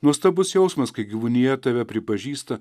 nuostabus jausmas kai gyvūnija tave pripažįsta